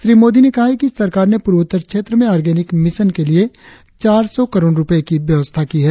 श्री मोदी ने कहा है कि सरकार ने पूर्वोत्तर क्षेत्र में आँर्गेनिक मिशन के लिए चार सौ करोड़ रुपये की व्यवस्था की है